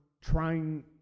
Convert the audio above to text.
trying